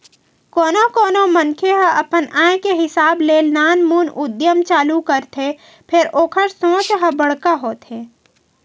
कोनो कोनो मनखे ह अपन आय के हिसाब ले नानमुन उद्यम चालू करथे फेर ओखर सोच ह बड़का होथे